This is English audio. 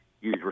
use